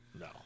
No